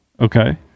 okay